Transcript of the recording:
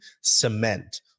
cement